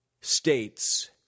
states